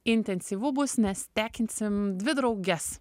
intensyvu bus nes tekinsim dvi drauges